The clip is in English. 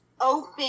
open